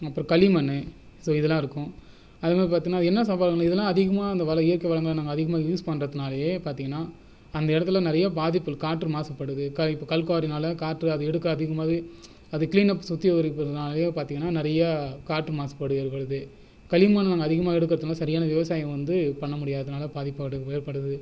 அப்புறம் களிமண் ஸோ இதையெல்லாம் இருக்கும் அது மாதிரி பார்த்தீன்னா என்ன சவால்னால் இதெலாம் அதிகமாக அந்த வள இயற்கை வளங்களை நாங்கள் அதிகமாக யூஸ் பண்ணுறத்துனாலையே பார்த்தீங்கனா அந்த இடத்தில் நிறைய பாதிப்பு காற்று மாசுபடுது இப்போ கல் குவாரினால் காற்று அது எடுக்க அதிகமாகவே அதை க்ளீநப் சுற்றி ஒரு இருக்கிறதுனாலயே பார்த்தீங்கனா நிறைய காற்று மாசுபாடு ஏற்படுது களிமண்ணை நாங்கள் அதிகமாக எடுக்கிறதுனல சரியான விவசாயம் வந்து பண்ணமுடியாததுனால் பாதிப்பு ஏற் ஏற்படுது